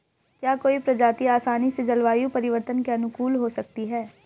क्या कोई प्रजाति आसानी से जलवायु परिवर्तन के अनुकूल हो सकती है?